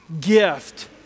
gift